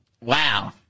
Wow